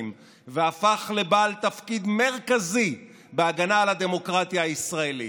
והפך לבעל תפקיד מרכזי בהגנה על הדמוקרטיה הישראלית.